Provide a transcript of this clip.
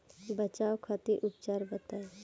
बचाव खातिर उपचार बताई?